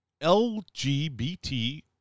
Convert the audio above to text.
LGBT